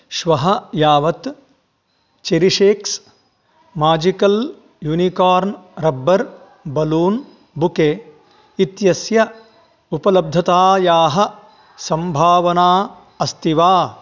श्वः यावत् cherry shakes magical unicorn rubber balloon bouquet इत्यस्य उपलब्धतायाः सम्भावना अस्ति वा